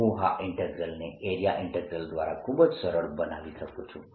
હું આ ઈન્ટીગ્રલને એરિયા ઈન્ટીગ્રલ દ્વારા ખૂબ જ સરળ બનાવી શકું છું